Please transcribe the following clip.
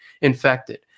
infected